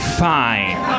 fine